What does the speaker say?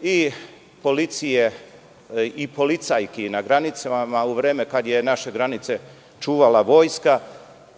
i policije i policajki na granicama u vreme kada je naše granice čuvala vojska.